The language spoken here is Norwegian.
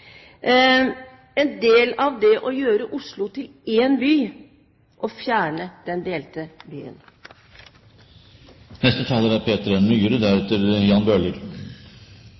en del av det å gjøre Oslo til én by og fjerne den delte byen. Bjørvika er